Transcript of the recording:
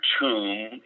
tomb